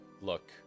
look